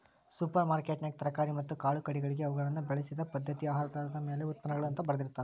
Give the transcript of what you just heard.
super ಮಾರ್ಕೆಟ್ನ್ಯಾಗ ತರಕಾರಿ ಮತ್ತ ಕಾಳುಕಡಿಗಳಿಗೆ ಅವುಗಳನ್ನ ಬೆಳಿಸಿದ ಪದ್ಧತಿಆಧಾರದ ಮ್ಯಾಲೆ ಉತ್ಪನ್ನಗಳು ಅಂತ ಬರ್ದಿರ್ತಾರ